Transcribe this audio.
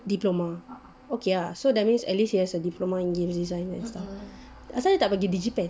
diploma okay so that means at least he has a diploma in game design and stuff asal dia tak pergi digipen